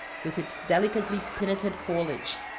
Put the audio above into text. with its delicately pinnated foliage,